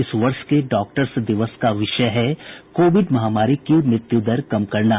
इस वर्ष के डॉक्टर्स दिवस का विषय है कोविड महामारी की मृत्यु दर कम करना